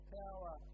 power